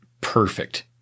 Perfect